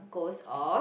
goes off